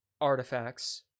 artifacts